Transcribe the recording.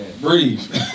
Breathe